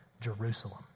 Jerusalem